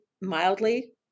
mildly